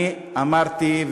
אני אמרתי,